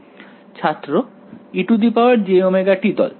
ছাত্র ejωt দল